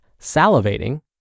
salivating